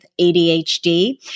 ADHD